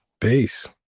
Peace